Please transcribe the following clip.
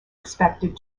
expected